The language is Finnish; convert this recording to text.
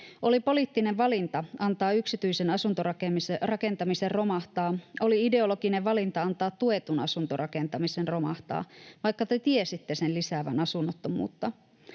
Oli poliittinen valinta antaa yksityisen asuntorakentamisen romahtaa. Oli ideologinen valinta antaa tuetun asuntorakentamisen romahtaa, vaikka te tiesitte sen lisäävän asunnottomuutta.